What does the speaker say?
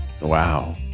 wow